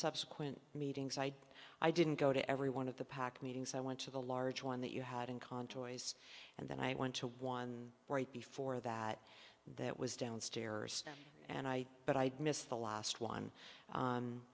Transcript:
subsequent meetings i did i didn't go to every one of the pack meetings i went to the large one that you had in contraries and then i went to one right before that that was downstairs and i thought i'd missed the last one